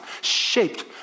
shaped